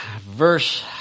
Verse